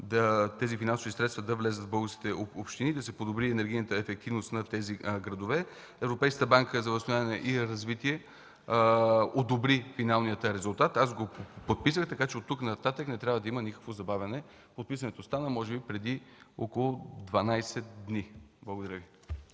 тези финансови средства да влязат в българските общини и да се подобри енергийната ефективност на тези градове. Европейската банка за възстановяване и развитие одобри финалният резултат. Аз го подписах, така че оттук нататък не трябва да има никакво забавяне. Подписването стана може би преди около 12 дни. Благодаря.